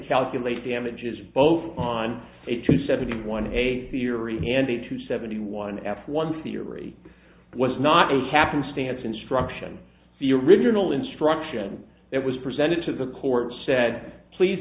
calculate the images both on eight to seventy one a theory and a two seventy one f one theory was not a happenstance instruction the original instruction that was presented to the court said please